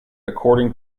according